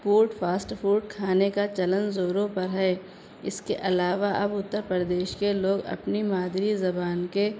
food fast food کھانے کا چلن زوروں پر ہے اس کے علاوہ اب اتر پردیش کے لوگ اپنی مادری زبان کے